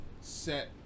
set